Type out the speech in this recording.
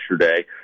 yesterday